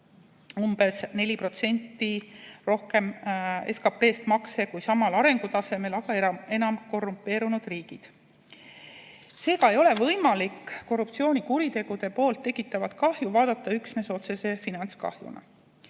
umbes 4% rohkem (suhtena SKP-sse) makse kui samal arengutasemel, aga enam korrumpeerunud riigid. Seega ei ole võimalik korruptsioonikuritegude tekitatavat kahju vaadata üksnes otsese finantskahjuna.